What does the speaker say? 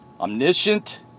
Omniscient